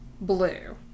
blue